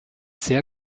sehr